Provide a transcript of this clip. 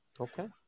Okay